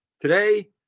Today